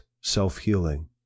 self-healing